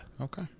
Okay